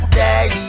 day